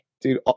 dude